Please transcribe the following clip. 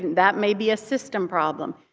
that may be a system problem.